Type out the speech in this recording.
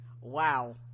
wow